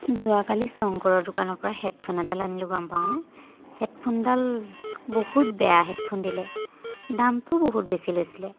যোৱাকালি শংকৰৰ দোকানৰপৰা হেডফোন এডাল আনিলোঁ গম পাৱনে হেডফোনডাল বহুত বেয়া হেডফোন দিলে দামটোও বহুত বেছি লৈছিলে